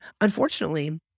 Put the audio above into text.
unfortunately